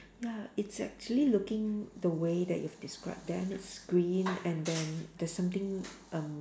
ya it's actually looking the way that you've described them it's green and then there's something um